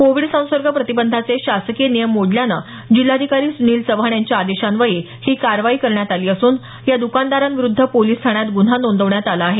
Covid संसर्ग प्रतिबंधाचे शासकीय नियम मोडल्यानं जिल्हाधिकारी सूनील चव्हाण यांच्या आदेशान्वये ही कारवाई करण्यात आली असून या दुकानदारांविरुद्ध पोलिस ठाण्यात गुन्हा नोंदवण्यात आला आहे